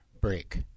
break